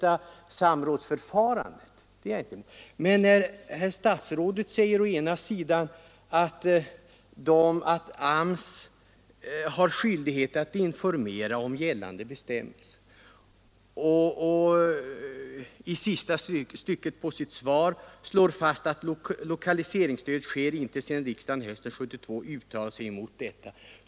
Å ena sidan säger herr statsrådet i sitt svar till mig att AMS har skyldighet att informera om gällande bestämmelser men står å andra sidan fast att lokaliseringsstöd inte ges sedan riksdagen 1972 uttalade sig emot detta.